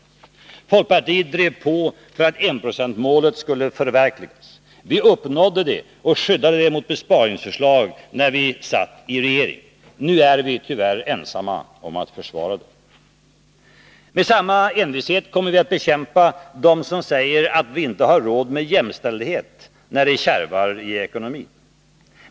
Folkpartiet drev på för att enprocentsmålet skulle förverkligas. Vi uppnådde det målet och skyddade det mot besparingsförslag när vi satt i regeringen. Nu är vi tyvärr ensamma om att försvara det. Med samma envishet kommer vi att bekämpa dem som säger att vi inte har råd med jämställdhet när det kärvar i ekonomin.